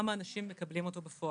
וכמה אנשים מקבלים אותו בפועל.